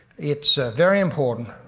it's very important,